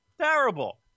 Terrible